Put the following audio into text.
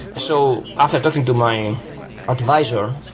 so after talking to my advisor,